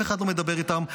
אף אחד לא מדבר איתם,